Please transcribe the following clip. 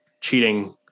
cheating